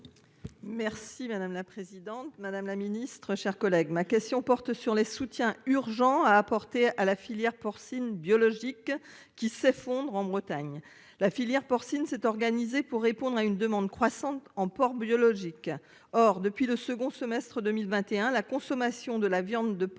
Merci. Si madame la présidente, madame la Ministre, chers collègues, ma question porte sur les soutiens urgent à apporter à la filière porcine biologique qui s'effondre en Bretagne. La filière porcine s'est organisé pour répondre à une demande croissante en porc biologique. Or depuis le second semestre 2021 la consommation de la viande de porc